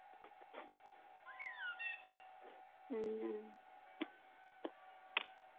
ᱦᱩᱸᱻ